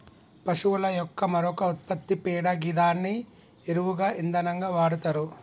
పశువుల యొక్క మరొక ఉత్పత్తి పేడ గిదాన్ని ఎరువుగా ఇంధనంగా వాడతరు